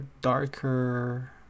darker